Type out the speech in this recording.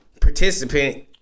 participant